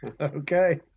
Okay